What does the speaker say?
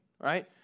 right